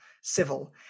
civil